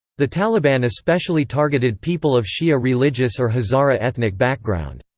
the taliban especially targeted people of shia religious or hazara ethnic background.